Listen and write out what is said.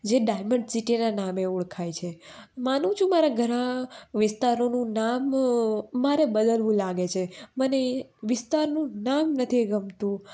જે ડાયમંડ સિટીના નામે ઓળખાય છે માનું છું મારા ઘણા વિસ્તારોનું નામ મારે બદલવું લાગે છે મને એ વિસ્તારનું નામ નથી ગમતું